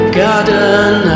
garden